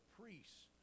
priests